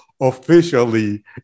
officially